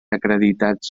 acreditats